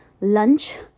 lunch